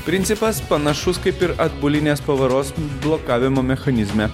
principas panašus kaip ir atbulinės pavaros blokavimo mechanizme